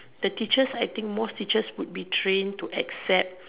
the teachers I think most teachers would be trained to accept